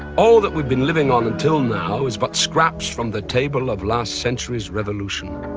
all that we've been living on until now is but scraps from the table of last century's revolution.